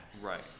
right